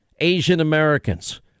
Asian-Americans